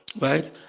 right